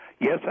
Yes